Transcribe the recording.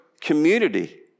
community